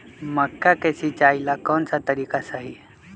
मक्का के सिचाई ला कौन सा तरीका सही है?